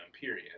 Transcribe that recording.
period